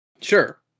Sure